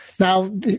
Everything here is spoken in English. Now